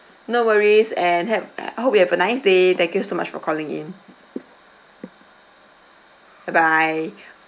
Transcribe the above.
no worries and have eh hope you have a nice day thank you so much for calling in bye bye